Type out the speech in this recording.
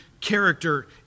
character